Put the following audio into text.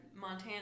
Montana